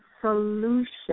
solution